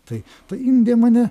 tai indija mane